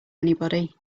anybody